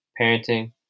Parenting